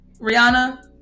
Rihanna